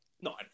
No